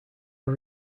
are